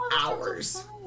hours